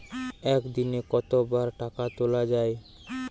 একদিনে কতবার টাকা তোলা য়ায়?